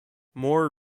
more